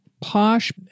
posh